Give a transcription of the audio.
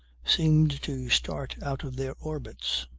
seemed to start out of their orbits.